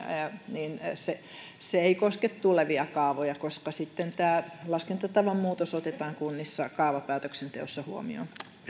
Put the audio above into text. ei koske tulevia kaavoja koska sitten tämä laskentatavan muutos otetaan kunnissa kaavapäätöksenteossa huomioon